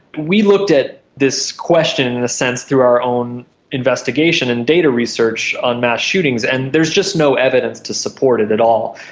we looked at this question in a sense through our own investigation and data research on mass shootings, and there's just no evidence to support it at all.